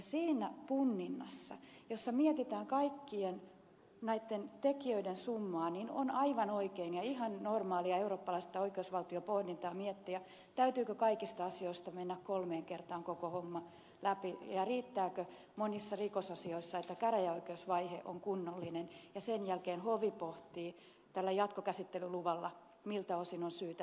siinä punninnassa jossa mietitään kaikkien näitten tekijöiden summaa on aivan oikein ja ihan normaalia eurooppalaista oikeusvaltiopohdintaa miettiä täytyykö kaikista asioista mennä kolmeen kertaan koko homma läpi ja riittääkö monissa rikosasioissa että käräjäoikeusvaihe on kunnollinen ja sen jälkeen hovi pohtii tällä jatkokäsittelyluvalla miltä osin on syytä mennä eteenpäin